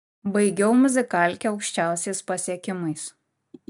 baigiau muzikalkę aukščiausiais pasiekimais